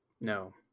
No